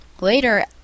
Later